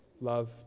Love